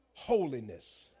holiness